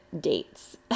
dates